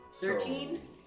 Thirteen